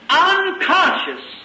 unconscious